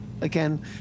again